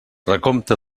recompte